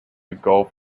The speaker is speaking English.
gulf